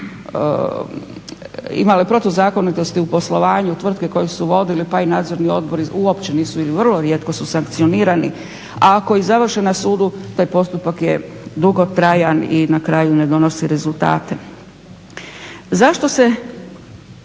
imale protuzakonitosti u poslovanju, tvrtke koje su vodile, pa i Nadzorni odbori uopće nisu, ili vrlo rijetko su sankcionirani, a ako i završe na sudu taj postupak je dugotrajan i na kraju ne donosi rezultate. Zašto se